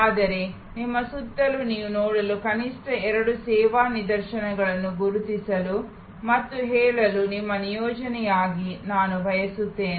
ಆದರೆ ನಿಮ್ಮ ಸುತ್ತಲೂ ನೀವು ನೋಡುವ ಕನಿಷ್ಠ ಎರಡು ಸೇವಾ ನಿದರ್ಶನಗಳನ್ನು ಗುರುತಿಸಲು ಮತ್ತು ಹೇಳಲು ನಿಮ್ಮ ನಿಯೋಜನೆಯಾಗಿ ನಾನು ಬಯಸುತ್ತೇನೆ